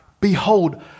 Behold